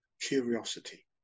curiosity